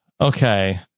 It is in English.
Okay